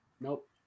Nope